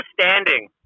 standing